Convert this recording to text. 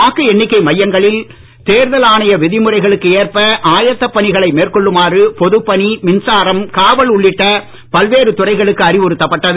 வாக்கு எண்ணிக்கை மையங்களில் தேர்தல் ஆணைய விதிமுறைகளுக்கு ஏற்ப ஆயத்தப் பணிகளை மேற்கொள்ளுமாறு பொதுப்பணி மின்சாரம் காவல் உள்ளிட்ட பல்வேறு துறைகளுக்கு அறிவுறுத்தப்பட்டது